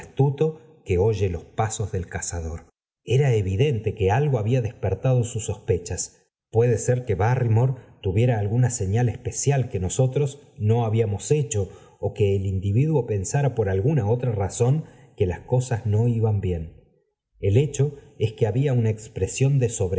que oye los pasos del cazador era evidente que algo había despertado sus sospechas puede ser que barrymore tuviera alguna señal especial que nosotros no habíamos hecho ó que el individuo pensara por alguna otra razón que las ooafi no iban bien el hecho es que había uña expresión de